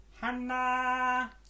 Hannah